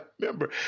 remember